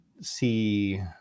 see